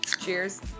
Cheers